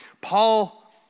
Paul